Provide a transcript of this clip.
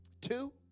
Two